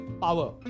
power